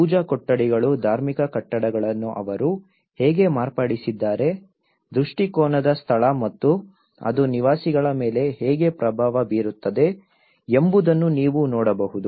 ಪೂಜಾ ಕೊಠಡಿಗಳು ಧಾರ್ಮಿಕ ಕಟ್ಟಡಗಳನ್ನು ಅವರು ಹೇಗೆ ಮಾರ್ಪಡಿಸಿದ್ದಾರೆ ದೃಷ್ಟಿಕೋನದ ಸ್ಥಳ ಮತ್ತು ಅದು ನಿವಾಸಿಗಳ ಮೇಲೆ ಹೇಗೆ ಪ್ರಭಾವ ಬೀರುತ್ತದೆ ಎಂಬುದನ್ನು ನೀವು ನೋಡಬಹುದು